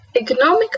Economic